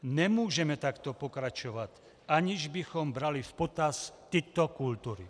Nemůžeme takto pokračovat, aniž bychom brali v potaz tyto kultury.